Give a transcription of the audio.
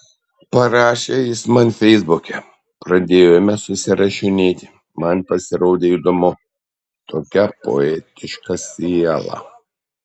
parašė jis man feisbuke pradėjome susirašinėti man pasirodė įdomu tokia poetiška siela